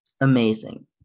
amazing